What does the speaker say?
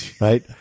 right